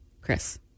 Chris